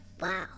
Wow